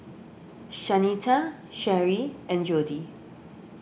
Shanita Cherri and Jodie